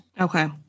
Okay